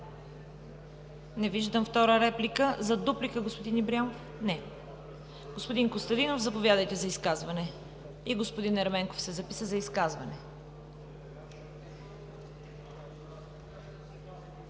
Не виждам втора реплика. За дуплика, господин Ибрямов? Не. Господин Костадинов, заповядайте за изказване. И господин Ерменков се записа за изказване.